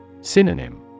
Synonym